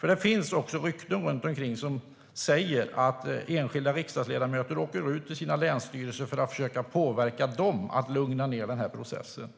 något? Det finns också rykten som säger att enskilda riksdagsledamöter åker ut till sina länsstyrelser för att försöka påverka dem att lugna ned processen.